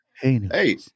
Hey